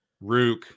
Rook